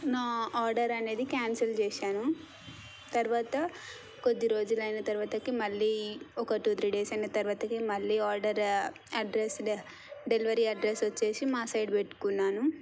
నా ఆర్డర్ అనేది క్యాన్సిల్ చేశాను తర్వాత కొద్ది రోజులైనా తర్వాత మళ్ళీ ఒక టూ త్రీ డేస్ అయిన తర్వాత మళ్ళీ ఆర్డర్ అడ్రస్ డెలివరీ అడ్రస్ వచ్చేసి మా సైడ్ పెట్టుకున్నాను